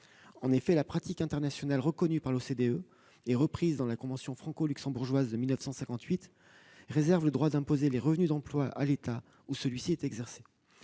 En effet, la pratique internationale reconnue par l'OCDE et reprise dans la convention franco-luxembourgeoise de 1958 réserve le droit d'imposer les revenus d'emploi à l'État où celui-ci est exercé.